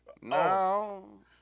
No